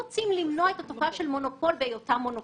אנחנו לא רוצים למנוע את התופעה של מונופול בהיותו מונופול.